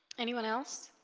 anyone else